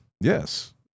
Yes